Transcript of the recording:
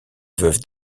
veuve